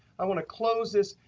i want to close this,